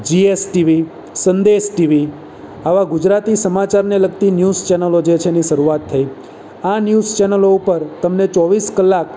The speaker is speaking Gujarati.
જીએસટીવી સંદેશ ટીવી આવા ગુજરાતી સમાચારને લગતી ન્યૂઝ ચેનલો જે છે એની શરૂઆત થઈ આ ન્યૂઝ ચેનલો ઉપર તમને ચોવીસ કલાક